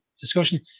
discussion